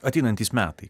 ateinantys metai